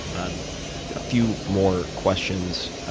um a few more questions.